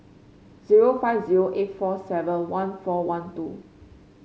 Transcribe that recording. zero five zero eight four seven one four one two